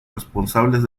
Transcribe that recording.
responsables